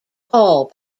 all